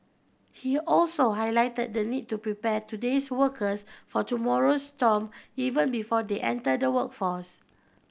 he also highlighted the need to prepare today's workers for tomorrow's storm even before they enter the workforce